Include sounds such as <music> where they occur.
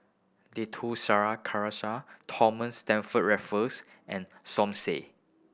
Dato <unintelligible> Thomas Stamford Raffles and Som Said